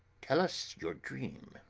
tell us your dream,